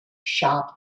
sharp